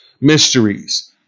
mysteries